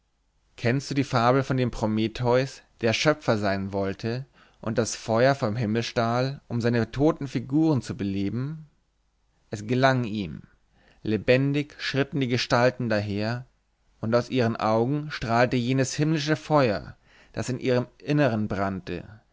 kennst du die fabel von dem prometheus der schöpfer sein wollte und das feuer vom himmel stahl um seine toten figuren zu beleben es gelang ihm lebendig schritten die gestalten daher und aus ihren augen strahlte jenes himmlische feuer das in ihrem innern brannte